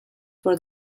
for